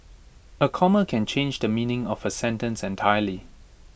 A comma can change the meaning of A sentence entirely